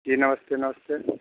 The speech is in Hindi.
जी नमस्ते नमस्ते